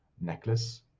necklace